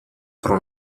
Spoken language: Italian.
pro